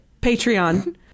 Patreon